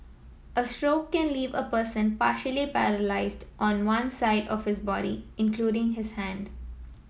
a stroke can leave a person partially paralysed on one side of his body including the hand